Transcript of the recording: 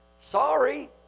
sorry